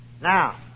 Now